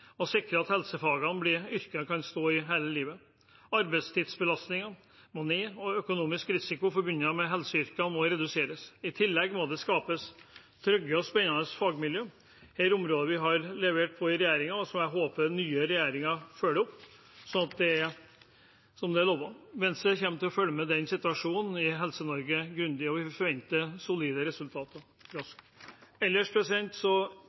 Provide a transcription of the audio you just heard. sikre at helsefagene blir yrker man kan stå i hele livet. Arbeidstidsbelastningen må ned, og den økonomiske risikoen forbundet med helseyrkene må reduseres. I tillegg må det skapes trygge og spennende fagmiljøer. Dette er områder vi har levert på i regjeringen, og som jeg håper den nye regjeringen følger opp, sånn at det blir som det er lovet. Venstre kommer til å følge grundig med på situasjonen i Helse-Norge, og vi forventer solide resultater raskt. Ellers